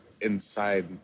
inside